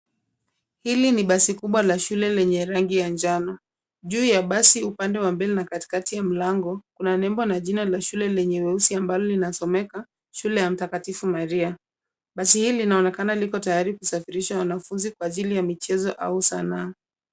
Hili ni basi kubwa la shule lenye rangi ya njano. Juu ya basi upande wa mbele katikati ya mlango, kuna nembo na jina la shule lenye weusi ambalo linasomeka Shule ya Mtakatifu Maria. Basi hili linaonekana liko tayari kusafirisha wanafunzi kwa ajili ya michezo au sanaa.